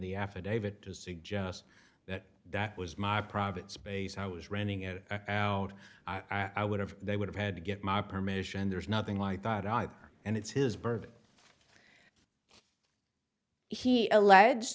the affidavit to suggest that that was my private space i was renting it out i would have they would have had to get my permission there's nothing like that either and it's his birthday he alleged